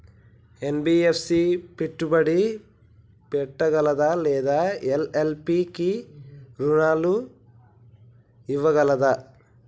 NBFC పెట్టుబడి పెట్టగలదా లేదా ఎల్.ఎల్.పి కి రుణాలు ఇవ్వగలదా?